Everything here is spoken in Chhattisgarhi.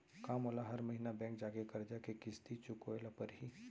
का मोला हर महीना बैंक जाके करजा के किस्ती चुकाए ल परहि?